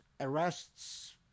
arrests